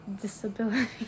disability